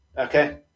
okay